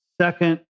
Second